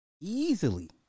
easily